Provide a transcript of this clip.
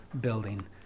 building